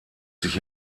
sich